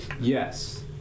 Yes